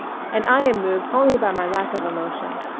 and i am moved only by my lack of emotion.